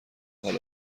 حال